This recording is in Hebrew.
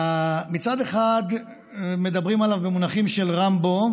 מצד אחד מדברים עליו במונחים של רמבו: